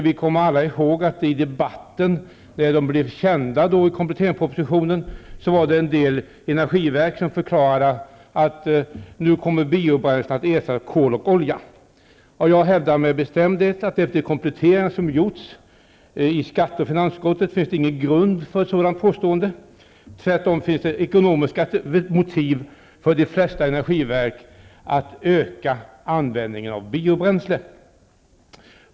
Vi kommer alla ihåg, att när de blev kända i kompletteringspropositionen, förklarade en del energiverk, att nu kommer biobränsle att ersättas av kol och olja. Jag hävdar med bestämdhet, att det efter de kompletteringar som har gjorts i skatte och finansutskotten inte finns någon grund för ett sådant påstående. Tvärtom finns det ekonomiska motiv för de flesta energiverk att öka användningen av biobränsle.